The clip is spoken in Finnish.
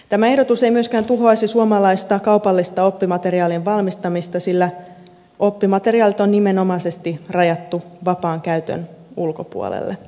tämä ehdotus ei myöskään tuhoaisi suomalaista kaupallista oppimateriaalien valmistamista sillä oppimateriaalit on nimenomaisesti rajattu vapaan käytön ulkopuolelle